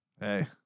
hey